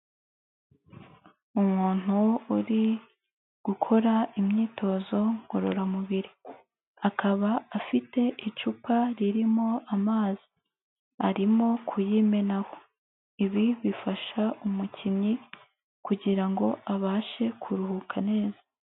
Umuntu uri gukora imyitozo ngororamubiri, akaba afite icupa ririmo amazi, arimo kuyimenaho, ibi bifasha umukinnyi kugira ngo abashe kuruhuka neza.